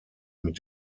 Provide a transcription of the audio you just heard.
mit